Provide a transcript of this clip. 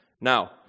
Now